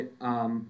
right